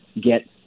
get